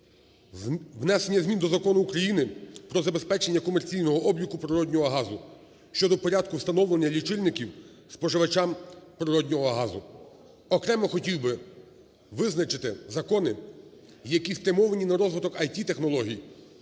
внесення змін до Закону України "Про забезпечення комерційного обліку природнього газу" щодо порядку встановлення лічильників споживачам природного газу. Окремо хотів би визначити закони, які спрямовані на розвитокІТ-технологій,